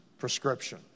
prescription